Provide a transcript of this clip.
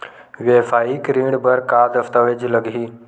वेवसायिक ऋण बर का का दस्तावेज लगही?